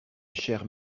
chers